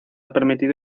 permitido